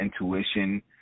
intuition